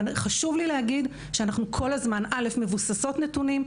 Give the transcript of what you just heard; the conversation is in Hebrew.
חשוב לי להגיד שאנחנו כל הזמן מבוססות נתונים,